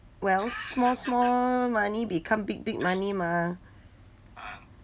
well small small money become big big money mah